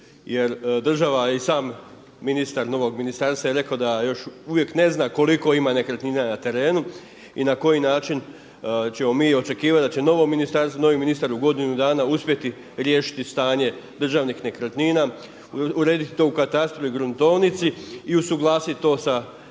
jer država i sam ministar novog ministarstva je rekao da još uvijek ne zna koliko ima nekretnina na terenu i na koji način ćemo mi očekivati da će novo ministarstvo, novi ministar u godinu dana uspjeti riješiti stanje državnih nekretnina, urediti to u katastru i gruntovnici i usuglasiti to sa